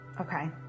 Okay